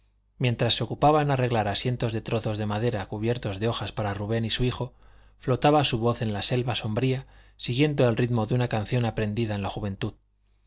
mientras se ocupaba en arreglar asientos de trozos de madera cubiertos de hojas para rubén y su hijo flotaba su voz en la selva sombría siguiendo el ritmo de una canción aprendida en la juventud